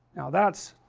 now that's,